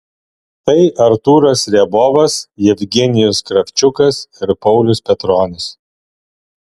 tai artūras riabovas jevgenijus kravčiukas ir paulius petronis